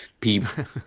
people